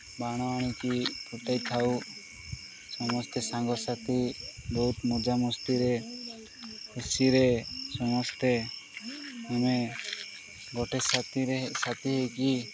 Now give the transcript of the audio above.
ବାଣ ଆଣିକି ଫୁଟେଇଥାଉ ସମସ୍ତେ ସାଙ୍ଗସାଥି ବହୁତ ମଜା ମସ୍ତିରେ ଖୁସିରେ ସମସ୍ତେ ଆମେ ଗୋଟେ ସାଥିରେ ସାଥି ହୋଇକି